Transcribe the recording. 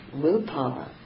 willpower